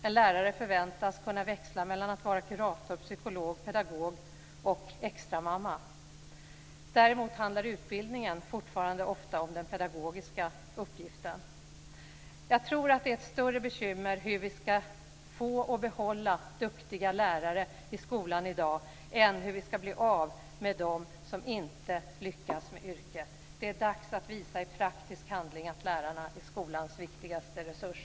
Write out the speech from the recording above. En lärare förväntas kunna växla mellan att vara kurator, psykolog, pedagog och extramamma. Däremot handlar utbildningen fortfarande ofta om den pedagogiska uppgiften. Jag tror att det är ett större bekymmer hur vi skall få och behålla duktiga lärare i skolan i dag än hur vi skall bli av med dem som inte lyckas med yrket. Det är dags att visa i praktisk handling att lärarna är skolans viktigaste resurs.